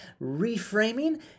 reframing